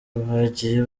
bagiye